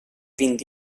vint